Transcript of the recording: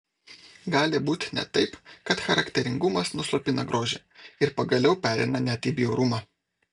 gali būti net taip kad charakteringumas nuslopina grožį ir pagaliau pereina net į bjaurumą